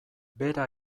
bera